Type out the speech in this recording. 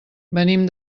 venim